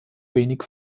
wenig